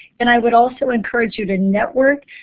and i would also encourage you to network.